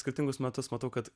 skirtingus metus matau kad